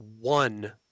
one